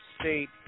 state